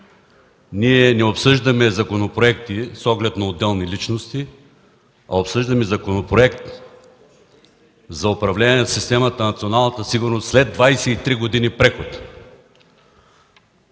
Ние не обсъждаме законопроекти с оглед на отделни личности, а обсъждаме Законопроект за управление на системата за защита на националната сигурност след 23 години преход!